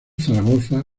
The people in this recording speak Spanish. zaragoza